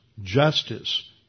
justice